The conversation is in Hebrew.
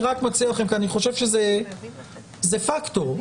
אני חושב שזה פקטור.